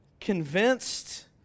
convinced